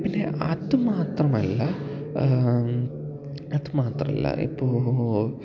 പിന്നെ അത് മാത്രമല്ല അത് മാത്രമല്ല ഇപ്പോള്